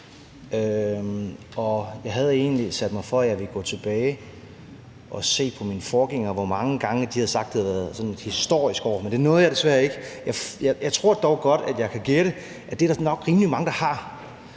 egentlig sat mig for, at jeg ville gå tilbage og se hos min forgænger, hvor mange gange man havde sagt, at det var sådan et historisk år, men det nåede jeg desværre ikke. Jeg tror dog godt, at jeg vil gætte på, at det er der nok rimelig mange der har,